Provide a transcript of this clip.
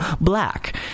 black